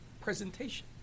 presentation